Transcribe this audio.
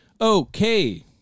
Okay